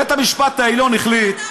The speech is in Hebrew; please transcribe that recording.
בית המשפט העליון החליט,